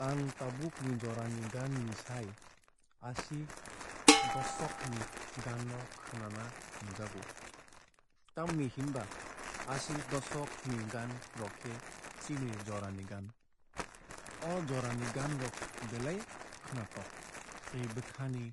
Ang tabuk ni jorani gaan ni sai ashi doshokni gaan no khwnana hamjago. Tamoni hinba ashi doshokni gaan rok khe chini jora ni gaan. O jorani gaan rok belai khwnatok tei bwkhani